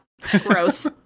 gross